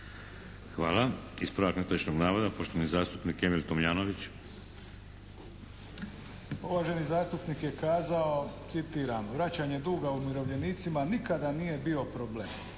Hvala. Ispravak netočnog navoda, poštovani zastupnik Emil Tomljanović. **Tomljanović, Emil (HDZ)** Uvaženi zastupnik je kazao, citiram: "Vraćanje duga umirovljenicima nikada nije bio problem."